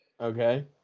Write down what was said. Okay